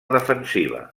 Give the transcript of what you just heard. defensiva